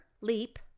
leap